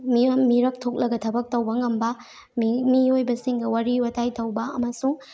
ꯃꯤꯔꯛ ꯊꯣꯛꯂꯒ ꯊꯕꯛ ꯇꯧꯕ ꯉꯝꯕ ꯃꯤꯑꯣꯏꯕꯁꯤꯡꯒ ꯋꯥꯔꯤ ꯋꯇꯥꯏ ꯇꯧꯕ ꯑꯃꯁꯨꯡ